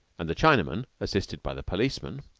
and the chinaman, assisted by the policeman,